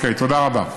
תודה רבה.